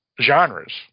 genres